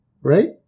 Right